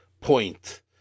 point